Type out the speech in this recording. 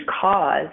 cause